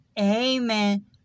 Amen